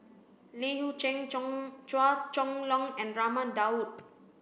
Li Hui Cheng Chua Chong Long and Raman Daud